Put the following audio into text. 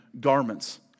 garments